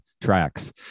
tracks